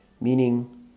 meaning